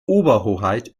oberhoheit